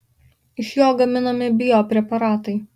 iš jo gaminami biopreparatai